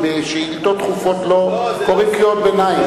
כי בשאילתות דחופות לא קוראים קריאות ביניים.